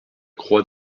croix